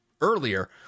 earlier